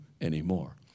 anymore